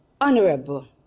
Honorable